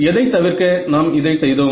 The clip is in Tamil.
எதை தவிர்க்க நாம் இதை செய்தோம்